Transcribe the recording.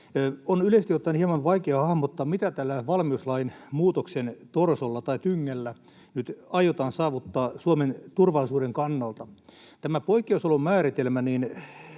On yleisesti ottaen hieman vaikeaa hahmottaa, mitä tällä valmiuslain muutoksen torsolla tai tyngällä nyt aiotaan saavuttaa Suomen turvallisuuden kannalta. Tämä poikkeusolon määritelmä